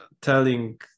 telling